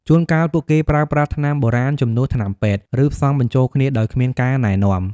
ជួនកាល ពួកគេប្រើប្រាស់ថ្នាំបុរាណជំនួសថ្នាំពេទ្យ ឬផ្សំបញ្ចូលគ្នាដោយគ្មានការណែនាំ។